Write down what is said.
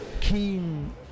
keen